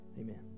Amen